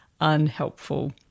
unhelpful